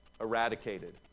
eradicated